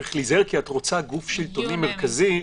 צריך להיזהר כי את רוצה גוף שלטוני מרכזי,